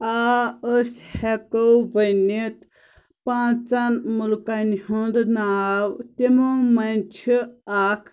آ أسۍ ہٮ۪کو ؤنِتھ پانٛژَن مُلکَن ہُنٛد ناو تِمو منٛز چھِ اَکھ